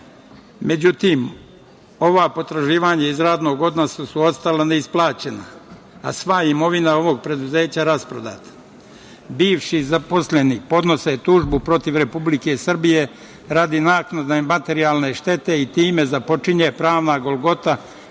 dohocima.Međutim, ova potraživanja iz radnog odnosa su ostala neisplaćena, a sva imovina ovog preduzeća rasprodata. Bivši zaposleni podnose tužbu protiv Republike Srbije radi naknade materijalne štete i time započinje pravna golgota